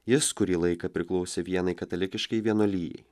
jis kurį laiką priklausė vienai katalikiškai vienuolijai